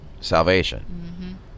salvation